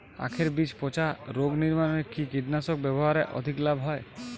আঁখের বীজ পচা রোগ নিবারণে কি কীটনাশক ব্যবহারে অধিক লাভ হয়?